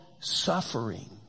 suffering